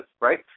right